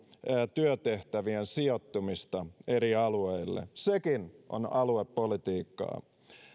työtehtävien sijoittumista eri alueille sekin on aluepolitiikkaa